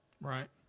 Right